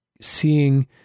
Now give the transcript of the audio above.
seeing